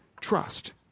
trust